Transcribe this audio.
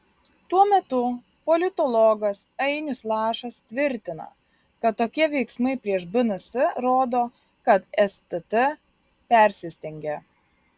tuo metu politologas ainius lašas tvirtina kad tokie veiksmai prieš bns rodo kad stt persistengė